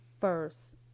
first